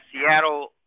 Seattle